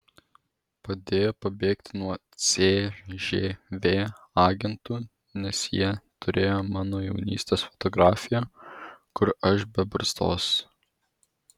padėjo pabėgti nuo cžv agentų nes jie turėjo mano jaunystės fotografiją kur aš be barzdos